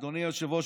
אדוני היושב-ראש,